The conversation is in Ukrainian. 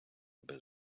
без